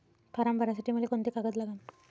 Form भरासाठी मले कोंते कागद लागन?